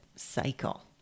cycle